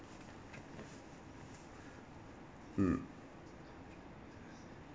mm